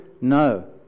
no